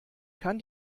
kann